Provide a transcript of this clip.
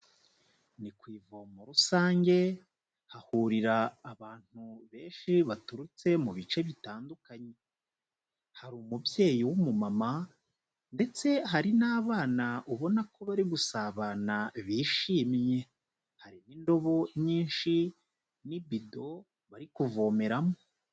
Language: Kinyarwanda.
Ni ku ivomo rusange, hahurira abantu benshi baturutse mu bice bitandukanye, hari umubyeyi w'umumama ndetse hari n'abana ubona ko bari gusabana bishimye, hari n'indobo nyinshi n'ibido bari kuvomeramo.